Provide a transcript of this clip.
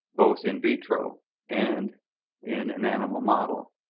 both in vitro and in an animal model,